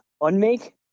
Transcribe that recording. unmake